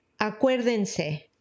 Acuérdense